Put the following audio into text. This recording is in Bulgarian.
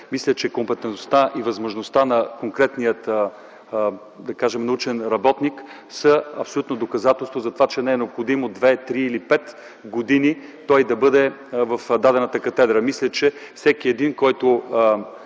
Мисля, че компетентността и възможността на конкретния, да кажем научен работник, са абсолютно доказателство за това, че не са необходими 2 или 3 или 5 години той да бъде в дадената катедра. Мисля, че всеки един, който